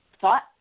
thought